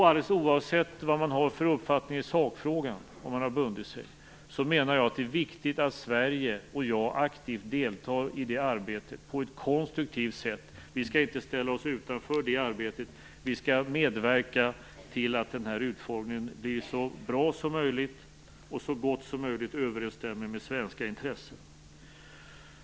Alldeles oavsett vad man har för uppfattning i sakfrågan, menar jag att det är viktigt att Sverige och jag aktivt deltar i det arbetet på ett konstruktivt sätt. Vi skall inte ställa oss utanför det arbetet. Vi skall medverka till att utformningen blir så bra som möjligt och så gott som möjligt överensstämmer med svenska intressen.